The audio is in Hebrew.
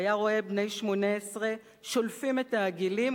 הוא היה רואה בני 18 שולפים את העגילים